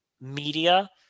media